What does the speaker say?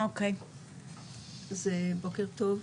בוקר טוב.